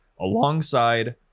alongside